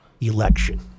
election